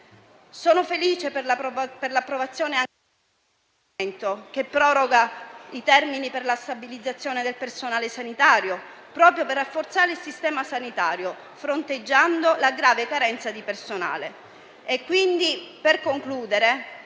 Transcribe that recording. Sono felice per l'approvazione dell'emendamento che proroga i termini per la stabilizzazione del personale sanitario proprio per rafforzare il sistema sanitario, fronteggiando la grave carenza di personale.